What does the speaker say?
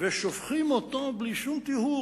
ושופכים אותו בלי שום טיהור,